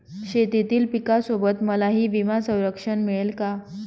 शेतीतील पिकासोबत मलाही विमा संरक्षण मिळेल का?